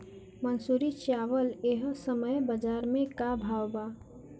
मंसूरी चावल एह समय बजार में का भाव बा?